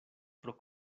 pro